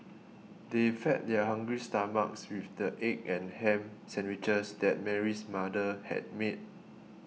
they fed their hungry stomachs with the egg and ham sandwiches that Mary's mother had made